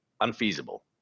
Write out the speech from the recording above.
unfeasible